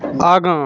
आगाँ